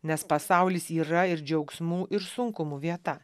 nes pasaulis yra ir džiaugsmų ir sunkumų vieta